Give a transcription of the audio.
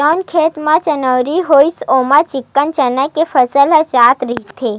जउन खेत म चनउरी होइस ओमा चिक्कन चना के फसल ह जावत रहिथे